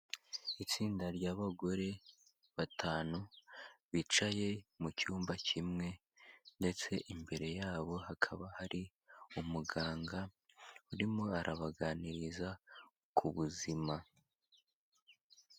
Itsinda ry'abagore batanu bicaye mu cyumba kimwe ndetse imbere yabo hakaba hari umuganga urimo arabaganiriza ku buzima.